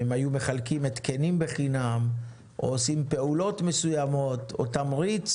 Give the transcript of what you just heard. אם הם היו מחלקים התקנים בחינם או עושים פעולות מסוימות או תמריץ